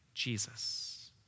Jesus